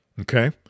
okay